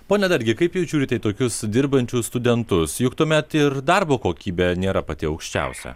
pone dargi kaip jūs žiūrite į tokius dirbančius studentus juk tuomet ir darbo kokybė nėra pati aukščiausia